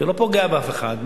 זה לא פוגע באף אחד,